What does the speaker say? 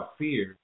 fear